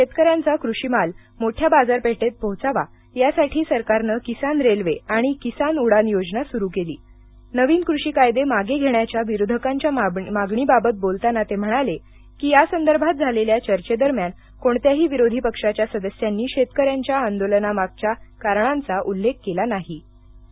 शेतकऱ्यांचा कृषी माल मोठ्या बाजारपेठेत पोहोचावा यासाठी सरकारनं किसान रेल्वे आणि किसान उडान योजना सुरू केली नवीन कृषी कायदे मागे घेण्याच्या विरोधकांच्या मागणीबाबत बोलताना ते म्हणाले की या संदर्भात झालेल्या चर्चे दरम्यान कोणत्याही विरोधी पक्षाच्या सदस्यांनी शेतकऱ्यांच्या आंदोलनामागच्या कारणांचा उल्लेख केला नाही असं मोदी म्हणाले